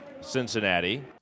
Cincinnati